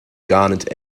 garnet